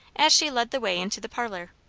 as she led the way into the parlour.